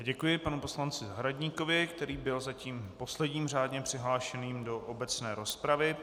Děkuji panu poslanci Zahradníkovi, který byl zatím posledním řádně přihlášeným do obecné rozpravy.